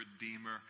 redeemer